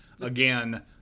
Again